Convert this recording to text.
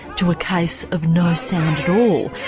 to a case of no sound at all.